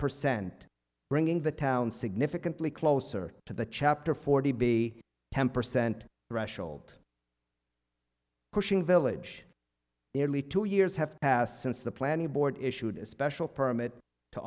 percent bringing the town significantly closer to the chapter forty b temper sent threshold cushing village nearly two years have passed since the planning board issued a special permit to